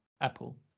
apple